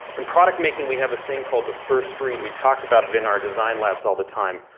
in product making we have a thing called the first read. we talk about it in our design labs all the time.